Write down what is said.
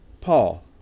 Paul